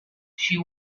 she